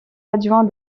adjoint